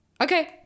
okay